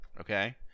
okay